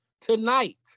tonight